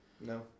No